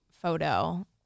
photo